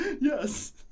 Yes